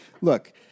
Look